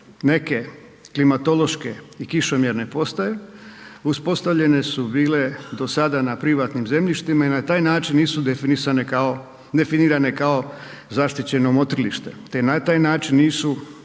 neke klimatološke i kišomjerne postaje uspostavljene su bile do sada na privatnim zemljištima i na taj način nisu definirane kao zaštićeno motrilište te na taj način nisu